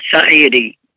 Society